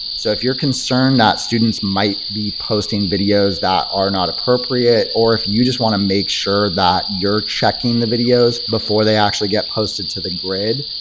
so if you're concerned that students might be posting videos that are not appropriate or if you just want to make sure that you're checking the videos before they actually get posted to the grid,